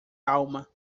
alma